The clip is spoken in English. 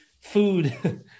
food